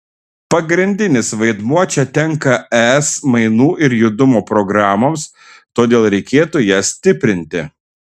pagrindinis vaidmuo čia tenka es mainų ir judumo programoms todėl reikėtų jas stiprinti